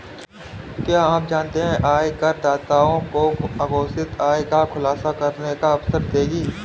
क्या आप जानते है आयकरदाताओं को अघोषित आय का खुलासा करने का अवसर देगी?